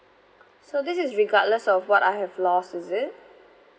so this is regardless of what I have lost is it